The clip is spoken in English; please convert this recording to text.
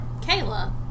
Kayla